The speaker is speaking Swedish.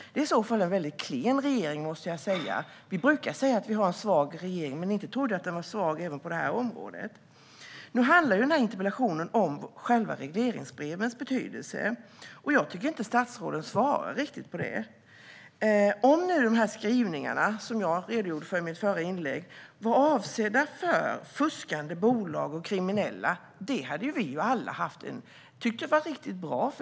Det är i så fall en väldigt klen regering, måste jag säga. Vi brukar säga att vi har en svag regering, men inte trodde jag att den var svag även på det här området. Nu handlar den här interpellationen om själva regleringsbrevens betydelse, och jag tycker inte att statsrådet riktigt svarar på det. Om skrivningarna som jag redogjorde för i mitt förra inlägg var avsedda för fuskande bolag och kriminella hade vi ju alla tyckt att det var riktigt bra.